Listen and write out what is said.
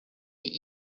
die